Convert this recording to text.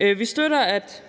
Vi støtter, at